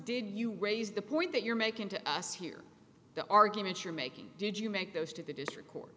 did you raise the point that you're making to us here the argument you're making did you make those to the district court